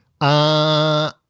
Uh-